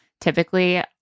typically